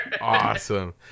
Awesome